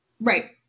Right